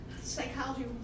psychology